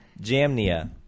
Jamnia